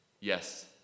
Yes